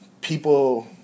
people